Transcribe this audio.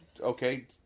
okay